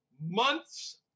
months